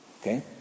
Okay